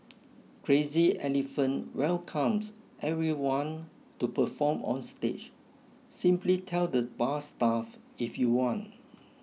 Crazy Elephant welcomes everyone to perform on stage simply tell the bar staff if you want